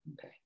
okay